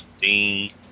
ding